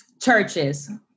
Churches